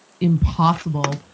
impossible